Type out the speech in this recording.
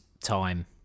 time